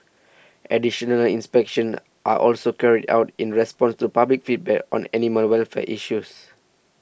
additional inspections are also carried out in response to public feedback on an animal welfare issues